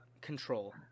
control